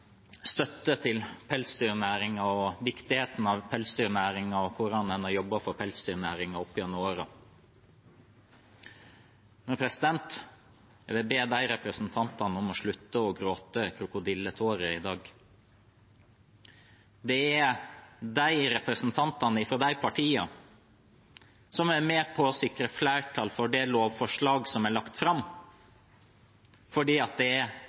støtte til pelsdyrnæringen, viktigheten av den og hvordan en har jobbet for pelsdyrnæringen opp gjennom årene. Jeg vil be disse representantene om å slutte å gråte krokodilletårer i dag. Det er representantene fra de partiene som er med på å sikre flertall for det lovforslaget som er lagt fram, fordi det er